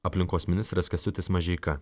aplinkos ministras kęstutis mažeika